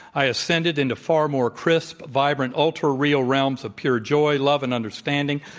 i ascended into far more crisp, vibrant, ultra real realms of pure joy, love, and understanding,